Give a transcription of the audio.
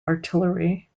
artillery